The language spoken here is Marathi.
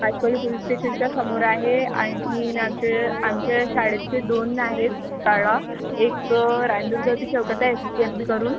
पाचपौली पोलिस स्टेशनच्या समोर आहे आणखीन आमचे आमच्या शाळेचे दोन आहेत शाळा एक रान दुर्गवती चौकात आहे एस बी करून